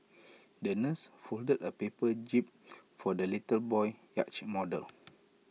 the nurse folded A paper jib for the little boy's yacht model